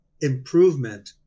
improvement